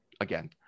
again